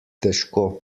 težko